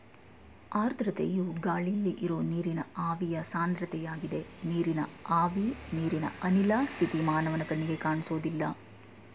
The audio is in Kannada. ಆರ್ದ್ರತೆಯು ಗಾಳಿಲಿ ಇರೋ ನೀರಿನ ಆವಿಯ ಸಾಂದ್ರತೆಯಾಗಿದೆ ನೀರಿನ ಆವಿ ನೀರಿನ ಅನಿಲ ಸ್ಥಿತಿ ಮಾನವನ ಕಣ್ಣಿಗೆ ಕಾಣ್ಸೋದಿಲ್ಲ